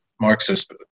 Marxist